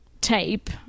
tape